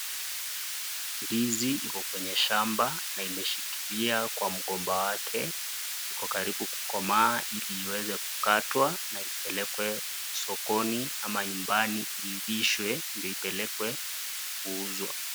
Ndizi iko kwenye shamba na imeshikilia kwa mgomba wake, iko karibu kukomaa iweze kukatwa na ipelekwe sokoni ama nyumbani iivishwe ipelekwe kuuzwa.